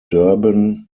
durban